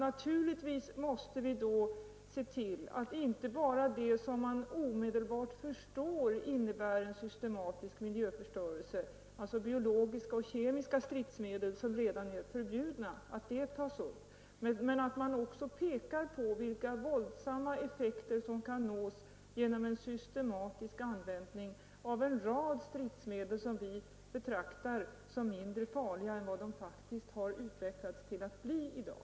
Naturligtvis måste vi också se till att inte bara det som man omedelbart förstår innebär en systematisk miljöförstöring, alltså biologiska och kemiska stridsmedel som redan är förbjudna, tas upp; man måste också peka på vilka våldsamma effekter som kan nås genom en systematisk användning av en rad stridsmedel som vi betraktar som mindre farliga än vad de faktiskt har utvecklats till att bli i dag.